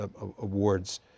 awards